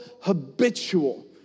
habitual